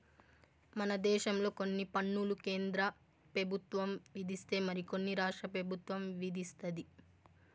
మన దేశంలో కొన్ని పన్నులు కేంద్ర పెబుత్వం విధిస్తే మరి కొన్ని రాష్ట్ర పెబుత్వం విదిస్తది